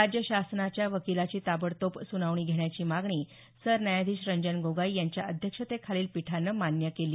राज्य शासनाच्या वकिलाची ताबडतोब सुनावणी घेण्याची मागणी सरन्यायाधीश रंजन गोगाई यांच्या अध्यक्षतेखालील पीठानं मान्य केली